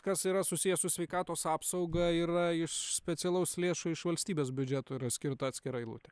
kas yra susiję su sveikatos apsauga yra iš specialaus lėšų iš valstybės biudžeto yra skirta atskira eilutė